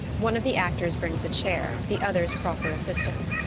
one of the actors brings a chair, the others proffer assist ance.